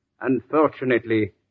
Unfortunately